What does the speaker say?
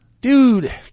dude